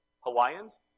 Hawaiians